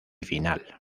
final